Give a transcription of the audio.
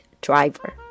driver